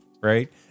right